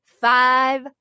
five